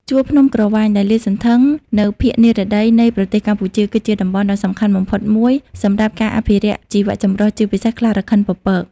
ជួរភ្នំក្រវាញ ដែលលាតសន្ធឹងនៅភាគនិរតីនៃប្រទេសកម្ពុជា គឺជាតំបន់ដ៏សំខាន់បំផុតមួយសម្រាប់ការអភិរក្សជីវៈចម្រុះ ជាពិសេស ខ្លារខិនពពក។